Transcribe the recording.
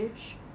in coconut soup